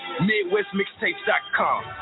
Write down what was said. MidwestMixtapes.com